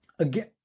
Again